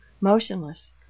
motionless